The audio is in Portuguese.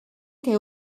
tem